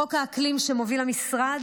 חוק האקלים שמוביל המשרד,